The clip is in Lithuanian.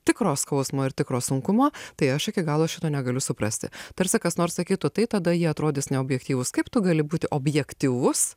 tikro skausmo ir tikro sunkumo tai aš iki galo šito negaliu suprasti tarsi kas nors sakytų tai tada jie atrodys neobjektyvūs kaip tu gali būt objektyvus